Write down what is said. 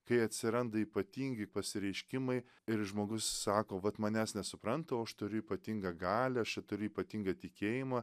kai atsiranda ypatingi pasireiškimai ir žmogus sako vat manęs nesupranta o aš turiu ypatingą galią aš čia turiu ypatingą tikėjimą